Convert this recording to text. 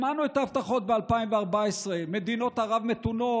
שמענו את ההבטחות ב-2014: מדינות ערב מתונות,